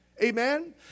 Amen